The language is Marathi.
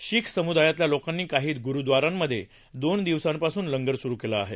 शिख सम्दायातल्या लोकांनी काही ग्रुद्वारामध्ये दोन दिवसापासून लंगर स्रू केला आहे